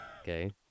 Okay